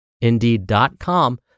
Indeed.com